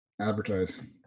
advertise